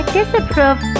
disapprove